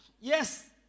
Yes